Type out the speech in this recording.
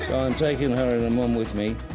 i'm taking her and her mum with me.